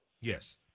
Yes